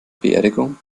beerdigung